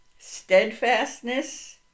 steadfastness